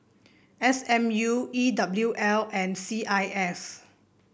S M U E W L and C I S